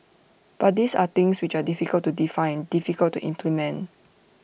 but these are things which are difficult to define difficult to implement